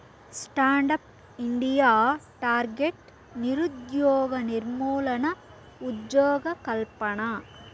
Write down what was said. stand up India target నిరుద్యోగ నిర్మూలన, ఉజ్జోగకల్పన